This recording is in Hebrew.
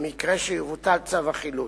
למקרה שיבוטל צו החילוט.